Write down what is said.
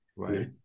Right